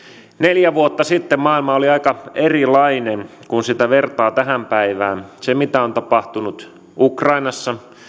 neljä vuotta sitten maailma oli aika erilainen kun sitä vertaa tähän päivään se mitä on tapahtunut ukrainassa